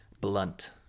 blunt